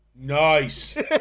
Nice